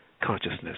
consciousness